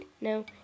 No